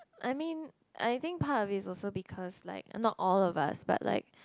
I mean I think part of it is also because like not all of us but like